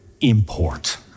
import